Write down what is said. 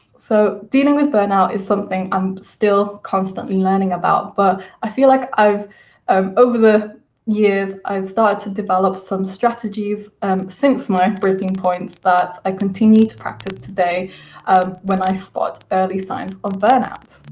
so dealing with burnout is something i'm still constantly learning about, but i feel like um over the years, i've started to develop some strategies and since my breaking point that i continue to practise today when i spot early signs of burnout.